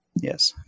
Yes